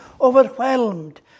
overwhelmed